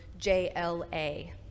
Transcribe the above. JLA